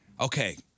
Okay